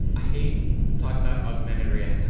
i hate talking about augmented reality.